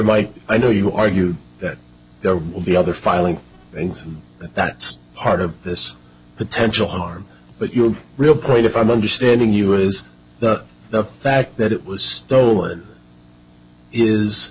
might i know you argue that there will be other filing and that's part of this potential harm but your real point if i'm understanding you is the fact that it was stolen is